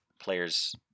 players